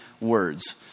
words